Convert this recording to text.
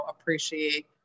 appreciate